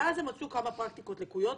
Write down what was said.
ואז הם מצאו כמה פרקטיקות לקויות,